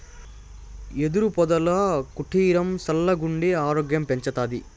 యెదురు పొదల కుటీరం సల్లగుండి ఆరోగ్యం పెంచతాది